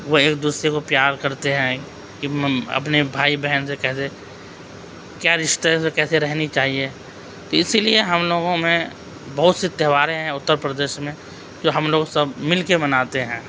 وہ ایک دوسرے کو پیار کرتے ہیں کہ اپنے بھائی بہن سے کیسے کیا رشتہ سے کییسے رہنی چاہیے تو اسی لیے ہم لوگوں میں بہت سی تہواریں ہیں اتر پردیش میں جو ہم لوگ سب مل کے مناتے ہیں